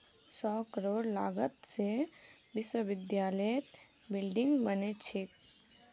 सौ करोड़ लागत से विश्वविद्यालयत बिल्डिंग बने छे